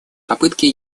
попытки